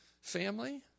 family